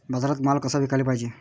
बाजारात माल कसा विकाले पायजे?